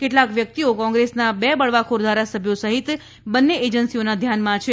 કેટલાક વ્યક્તિઓ કોંગ્રેસના બે બળવાખોર ધારાસભ્યો સહિત બંને એજન્સીઓના ધ્યાનમાં છે